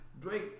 Drake